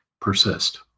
persist